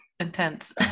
Intense